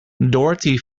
dorothy